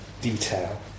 detail